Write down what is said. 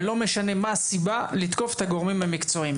ולא משנה מה הסיבה לתקוף את הגורמים המקצועיים.